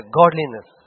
godliness